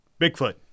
Bigfoot